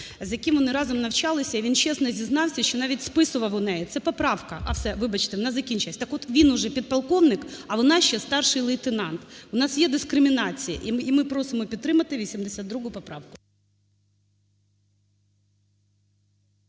з яким вони разом навчалися, і він чесно зізнався, що навіть списував у неї. Це поправка. А, вибачте, закінчую. Так от він уже підполковник, а вона ще старший лейтенант. У нас є дискримінації, і ми просимо підтримати 82 поправку.